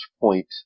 point